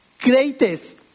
greatest